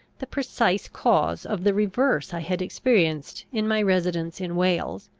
the precise cause of the reverse i had experienced in my residence in wales,